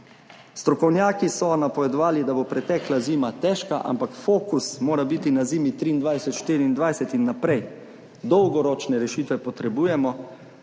Strokovnjaki so napovedovali, da bo pretekla zima težka, ampak fokus mora biti na zimi 2023/2024 in naprej. Dolgoročne rešitve potrebujemo.